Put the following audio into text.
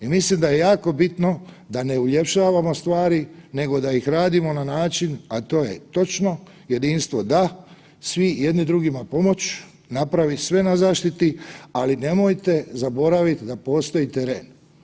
I mislim da je jako bitno da ne uljepšavamo stvari nego da ih radimo na način, a to je točno, jedinstvo da, svi jedni drugima pomoć, napraviti sve na zaštiti, ali nemojte zaboraviti da postoji teren.